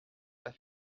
pas